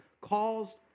caused